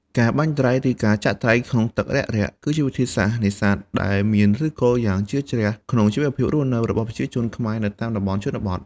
ការបាញ់ត្រី ឬ ការចាក់ត្រី ក្នុងទឹករាក់ៗ គឺជាវិធីសាស្ត្រនេសាទដែលមានឫសគល់យ៉ាងជ្រៅជ្រះក្នុងជីវភាពរស់នៅរបស់ប្រជាជនខ្មែរនៅតាមតំបន់ជនបទ។